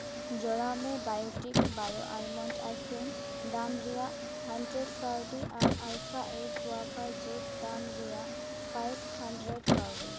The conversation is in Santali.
ᱡᱚᱲᱟᱣ ᱢᱮ Biotique Bio almond eye cream ᱫᱟᱢ ᱨᱮᱭᱟᱜ ᱦᱟᱱᱰᱨᱮᱰ ᱠᱟᱹᱣᱰᱤ ᱟᱨ ᱟᱞᱯᱷᱟ ᱮᱭᱤᱴ ᱜᱩᱣᱟᱵᱷᱟ ᱡᱩᱥ ᱫᱟᱢ ᱨᱮᱭᱟᱜ ᱯᱷᱟᱭᱤᱵᱷ ᱦᱟᱱᱰᱨᱮ ᱠᱟᱹᱣᱰᱤ